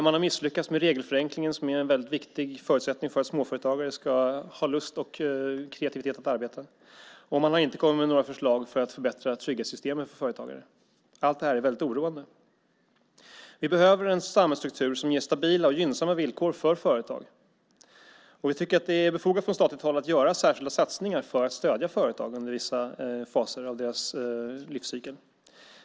Man har misslyckats med regelförenklingen, som är en väldigt viktig förutsättning för att småföretagare ska ha lust och kreativitet i arbetet. Man har inte kommit med några förslag för att förbättra trygghetssystemen för företagare. Allt det här är väldigt oroande. Vi behöver en samhällsstruktur som ger stabila och gynnsamma villkor för företag. Vi tycker att det är befogat att från statligt håll göra särskilda satsningar för att stödja företag under vissa faser av deras livscykel.